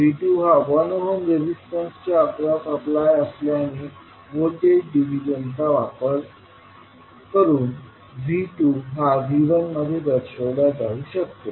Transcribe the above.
V2 हा 1 ohm रेजिस्टन्सच्या across apply असल्याने व्होल्टेज डिव्हिजनचा वापर करून V2 हा V1मध्ये दर्शवल्या जाऊ शकते